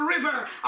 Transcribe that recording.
river